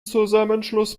zusammenschluss